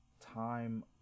time